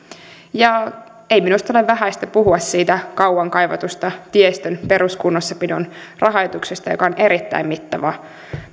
ei minusta ole vähäistä puhua siitä kauan kaivatusta tiestön peruskunnossapidon rahoituksesta joka on ollut erittäin mittava